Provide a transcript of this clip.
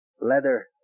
leather